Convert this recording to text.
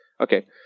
Okay